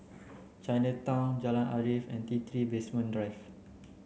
Chinatown Jalan Arif and T three Basement Drive